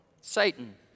Satan